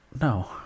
No